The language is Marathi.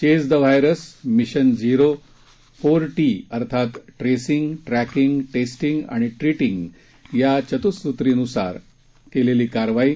chase the virus mission zero four T अर्थात ट्रेसिंग ट्रॅकिंग टेस्टिंग ट्रीटिंग या चतुःसुत्रीनुसार केलेली कार्यवाही